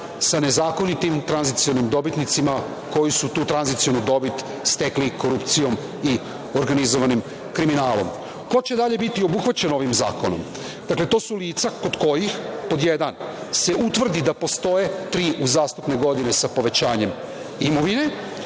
sa nezakonitim tranzicionim dobitnicima koji su tu tranzicionu dobit stekli korupcijom i organizovanim kriminalom. Ko će dalje biti obuhvaćen ovim zakonom? Dakle, to su lica kod kojih: 1) se utvrdi da postoje tri uzastopne godine sa povećanjem imovine